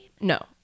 No